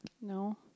No